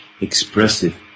expressive